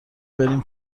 بریم